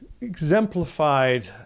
exemplified